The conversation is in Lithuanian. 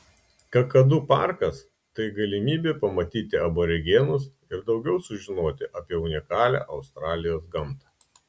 kakadu parkas tai galimybė pamatyti aborigenus ir daugiau sužinoti apie unikalią australijos gamtą